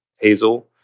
hazel